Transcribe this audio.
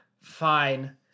fine